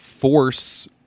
Force